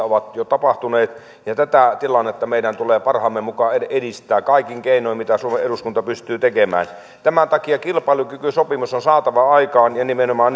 ovat jo tapahtuneet ja tätä tilannetta meidän tulee parhaamme mukaan edistää kaikin keinoin mitä suomen eduskunta pystyy tekemään tämän takia kilpailukykysopimus on saatava aikaan ja nimenomaan